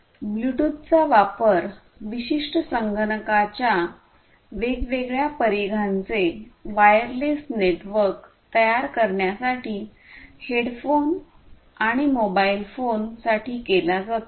ब्लूटूथचा वापर विशिष्ट संगणकाच्या वेगवेगळ्या परिघांचे वायरलेस नेटवर्क तयार करण्यासाठी हेडफोन्स आणि मोबाइल फोन साठी केला जातो